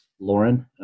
Lauren